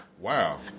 wow